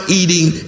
eating